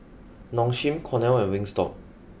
Nong Shim Cornell and Wingstop